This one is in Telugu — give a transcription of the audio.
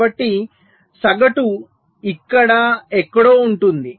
కాబట్టి సగటు ఇక్కడ ఎక్కడో ఉంటుంది